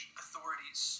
authorities